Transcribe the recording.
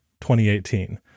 2018